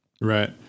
Right